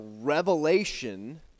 revelation